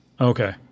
okay